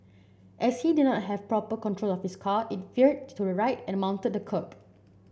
as he did not have proper control of his car it veered to the right and mounted the kerb